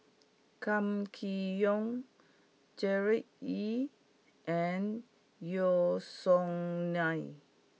Kam Kee Yong Gerard Ee and Yeo Song Nian